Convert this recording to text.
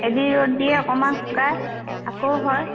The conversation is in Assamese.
এদিন ৰ'দ দিয়ে অকণমান শুকাই আকৌ হয়